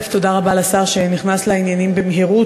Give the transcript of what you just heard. תודה רבה לשר שנכנס לעניינים במהירות.